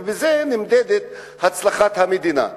ובזה נמדדת הצלחת המדינה.